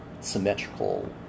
symmetrical